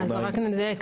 רק את הפרט הרלוונטי.